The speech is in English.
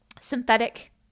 synthetic